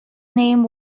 name